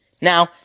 Now